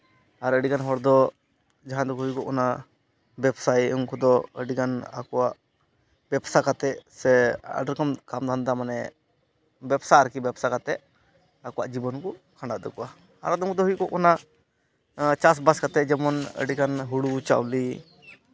ᱟᱨ ᱟᱹᱰᱤᱜᱟᱱ ᱦᱚᱲᱫᱚ ᱡᱟᱦᱟᱸ ᱫᱚ ᱦᱩᱭᱩᱜᱚᱜ ᱠᱟᱱᱟ ᱵᱮᱵᱽᱥᱟᱭᱤ ᱩᱱᱠᱩ ᱫᱚ ᱟᱹᱰᱤᱜᱟᱱ ᱟᱠᱚᱣᱟᱜ ᱵᱮᱵᱽᱥᱟ ᱠᱟᱛᱮᱫ ᱥᱮ ᱟᱹᱰᱤ ᱨᱚᱠᱚᱢ ᱠᱟᱢ ᱫᱷᱟᱱᱫᱟ ᱢᱟᱱᱮ ᱵᱮᱵᱽᱥᱟ ᱟᱨᱠᱤ ᱵᱮᱵᱽᱥᱟ ᱠᱟᱛᱮᱫ ᱟᱠᱚᱣᱟᱜ ᱡᱤᱵᱚᱱ ᱠᱚ ᱠᱷᱟᱸᱰᱟᱣᱮᱫ ᱛᱟᱠᱚᱣᱟ ᱟᱞᱟᱫᱟ ᱢᱚᱫᱽᱫᱷᱮ ᱦᱩᱭᱩᱜᱚᱜ ᱠᱟᱱᱟ ᱪᱟᱥᱼᱵᱟᱥ ᱠᱟᱛᱮᱫ ᱡᱮᱢᱚᱱ ᱟᱹᱰᱤᱜᱟᱱ ᱦᱩᱲᱩ ᱪᱟᱣᱞᱮ